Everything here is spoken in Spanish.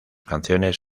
canciones